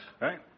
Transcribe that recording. Right